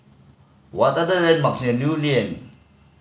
what are the landmark near Lew Lian